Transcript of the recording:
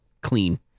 clean